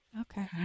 Okay